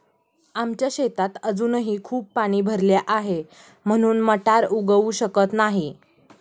आमच्या शेतात अजूनही खूप पाणी भरले आहे, म्हणून मटार उगवू शकत नाही